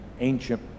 ancient